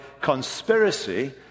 conspiracy